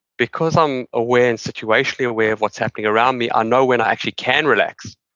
because i'm aware and situationally aware of what's happening around me, i know when i actually can relax,